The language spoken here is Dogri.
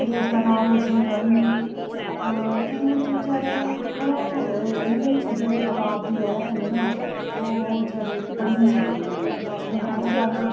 देश दा नां रोशन करन केईं बच्चे बचैरे दिक्खो इनें चीजें दी अभाव दी वजह् कन्नै ना ओह् बचैरे पढ़ी निं सकदे हैन नां स्कूल पुज्जी पांदे